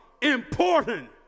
important